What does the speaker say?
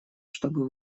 чтобы